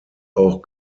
auch